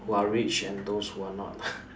who are rich and those who are not